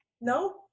No